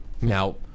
Now